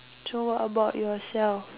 so what about yourself